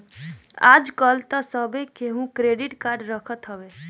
आजकल तअ सभे केहू क्रेडिट कार्ड रखत हवे